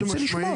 אני רוצה לשמוע.